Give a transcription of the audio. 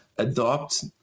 adopt